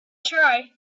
try